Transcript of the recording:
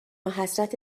حسرت